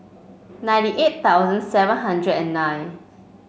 ninety eight thousand seven hundred and nine